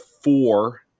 four